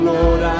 Lord